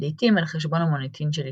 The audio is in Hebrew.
לעיתים על חשבון המוניטין של אשתו.